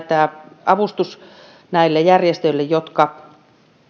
tämä miljoonan euron avustushan näille järjestöille jotka